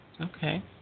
Okay